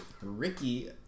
Ricky